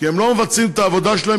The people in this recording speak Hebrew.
כי הם לא מבצעים את העבודה שלהם,